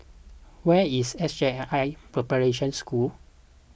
where is S J I I Preparation School